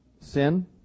Sin